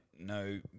no